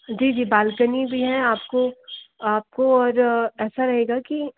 जी जी बालकनी भी हैं आपको आपको और ऐसा रहेगा कि